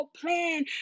plan